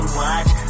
watch